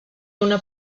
una